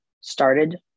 started